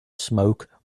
smoke